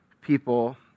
people